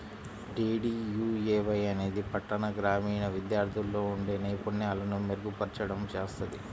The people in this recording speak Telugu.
డీడీయూఏవై అనేది పట్టణ, గ్రామీణ విద్యార్థుల్లో ఉండే నైపుణ్యాలను మెరుగుపర్చడం చేత్తది